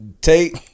Take